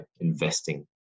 investing